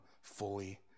fully